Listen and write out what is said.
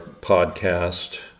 podcast